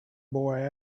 boy